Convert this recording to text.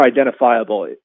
identifiable